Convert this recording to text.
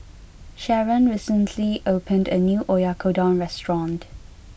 Sherron recently opened a new Oyakodon restaurant